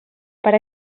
per